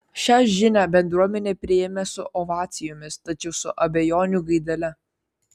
šia žinią bendruomenė priėmė su ovacijomis tačiau su abejonių gaidele